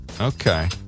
Okay